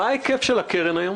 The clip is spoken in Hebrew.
מה היקף הקרן היום?